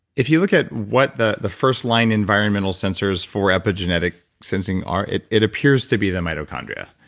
if you look at what the the first-line environmental sensors for epigenetic sensing are it it appears to be the mitochondria.